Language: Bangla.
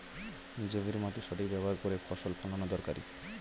জমির মাটির সঠিক ব্যবহার করে ফসল ফলানো দরকারি